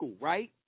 right